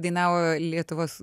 dainavo lietuvos